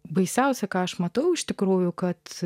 baisiausia ką aš matau iš tikrųjų kad